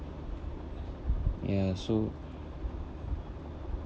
ya so